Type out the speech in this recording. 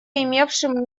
имевшим